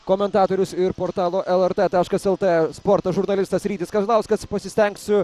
komentatorius ir portalo lrt taškas lt sporto žurnalistas rytis kazlauskas pasistengsiu